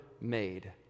made